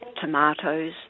tomatoes